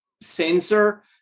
sensor